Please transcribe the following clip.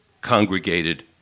congregated